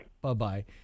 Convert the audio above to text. Bye-bye